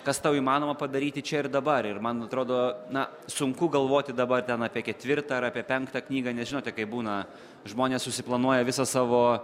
kas tau įmanoma padaryti čia ir dabar ir man atrodo na sunku galvoti dabar ten apie ketvirtą ar apie penktą knygą nes žinote kaip būna žmonės susiplanuoja visą savo